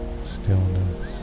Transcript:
stillness